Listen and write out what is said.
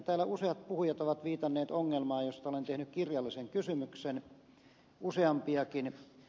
täällä useat puhujat ovat viitanneet ongelmaan josta olen tehnyt kirjallisen kysymyksen useampiakin